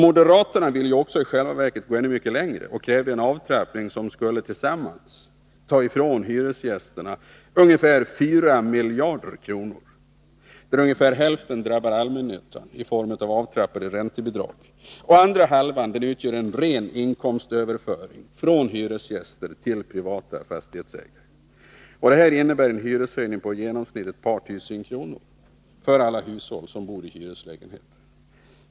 Moderaterna ville ju också i själva verket gå mycket längre och krävde en avtrappning som skulle ta ifrån hyresgästerna ungefär 4 miljarder kronor — ungefär hälften skulle drabba ”allmännyttan” .i form av avtrappade räntebidrag, och andra halvan skulle utgöra en ren inkomstöverföring från hyresgäster till privata fastighetsägare. Det innebär en hyreshöjning på i genomsnitt ett par tusen kronor för alla som bor i hyreslägenheter.